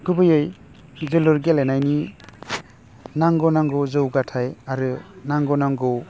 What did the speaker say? गुबैयै जोलुर गेलेनायनि नांगौ नांगौ जौगाथाय आरो नांगौ नांगौ